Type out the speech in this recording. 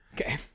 Okay